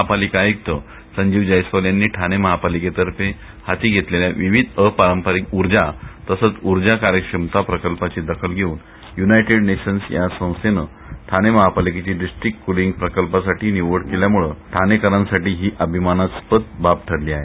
महापालिका आयुक्त संजीव जयस्वाल यांनी ठाणे महापालिकेतर्फे हाती घेतलेल्या विविध अपारंपरिक ऊर्जा तसंच ऊर्जा कार्यक्षमता प्रकल्पाची दखल घेऊन युनायटेड नेशन्स या संस्थेनं ठाणे महापालिकेची डिस्ट्रिक्ट कुलिंग प्रकल्पासाठी निवड केल्यामुळं ठाणेकरांसाठी ही अभिमानास्पद बाब ठरली आहे